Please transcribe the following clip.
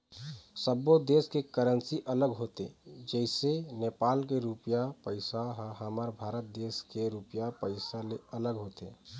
सब्बो देस के करेंसी अलग होथे जइसे नेपाल के रुपइया पइसा ह हमर भारत देश के रुपिया पइसा ले अलग होथे